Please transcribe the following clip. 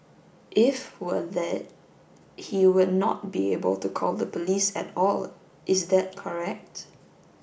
if were dead he would not be able to call the police at all is that correct